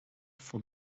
for